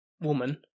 woman